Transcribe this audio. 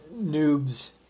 noobs